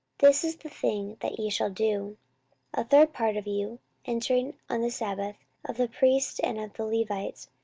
this is the thing that ye shall do a third part of you entering on the sabbath, of the priests and of the levites,